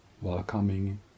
welcoming